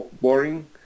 boring